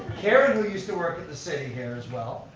karen, who used to work at the city here as well.